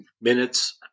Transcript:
minutes